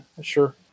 Sure